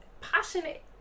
passionate